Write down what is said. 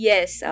Yes